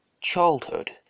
Childhood